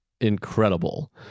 incredible